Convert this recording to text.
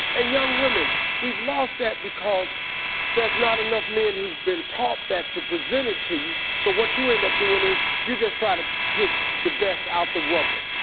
and, young women, we've lost that because there's not enough men who've been taught that to present it to you, so what you end up doing is, you just try to pick the best out the rubble.